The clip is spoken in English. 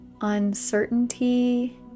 uncertainty